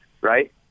right